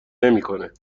نمیکنه